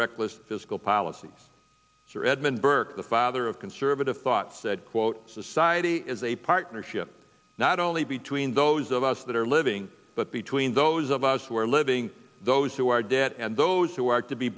reckless fiscal policy sir edmund burke the father of conservative thought said quote society is a partnership not only between those of us that are living but between those of us who are living those who our debt and those who are to be